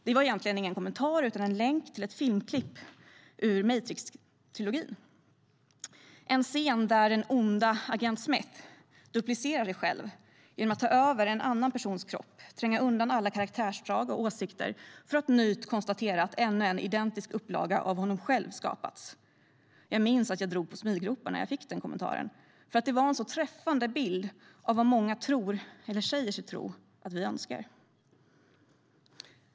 Det var egentligen ingen kommentar utan en länk till ett filmklipp ur Matrix trilogin. Det var en scen där den onda agent Smith duplicerar sig själv genom att ta över en annan persons kropp och tränga undan alla karaktärsdrag och åsikter för att nöjt konstatera att ännu en identisk upplaga av honom själv skapats. Jag minns att jag drog på smilbanden när jag fick denna kommentar, eftersom det var en så träffande bild av vad många tror eller säger sig tro att vi önskar.